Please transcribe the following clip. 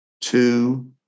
Two